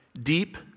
Deep